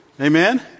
Amen